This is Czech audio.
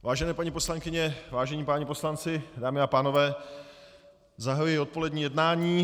Vážené paní poslankyně, vážení páni poslanci, dámy a pánové, zahajuji odpolední jednání.